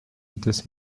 des